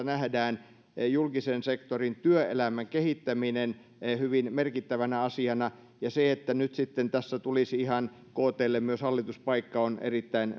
nähdään julkisen sektorin työelämän kehittäminen hyvin merkittävänä asiana ja se että nyt sitten tässä tulisi ktlle ihan myös hallituspaikka on erittäin